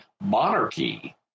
monarchy